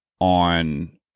on